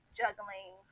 juggling